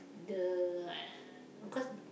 the uh cause